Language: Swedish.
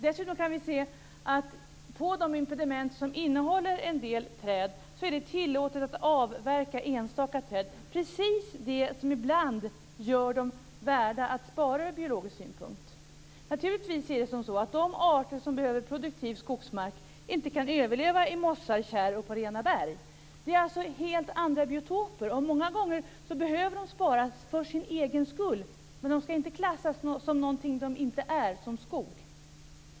Dessutom kan man se att på de impediment som innehåller en del träd är det tillåtet att avverka enstaka träd; alltså precis det som ibland gör dem värda att sparas från biologisk synpunkt. De arter som behöver produktiv skogsmark kan naturligtvis inte överleva i mossar och kärr eller på rena berg. Det är alltså fråga om helt andra biotoper. Många gånger behöver de sparas för sin egen skull men de skall inte klassas som något de inte är, som skog.